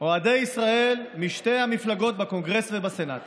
אוהדי ישראל משתי המפלגות, בקונגרס ובסנאט.